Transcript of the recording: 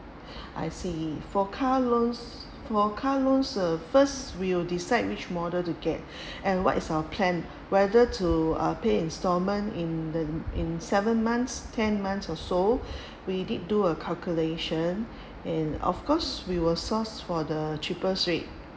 I see for car loans for car loans uh first we will decide which model to get and what is our plan whether to uh pay installment in the in seven months ten months or so we did do a calculation and of course we will source for the cheapest rate